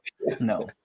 No